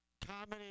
comedy